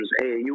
AAU